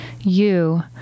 You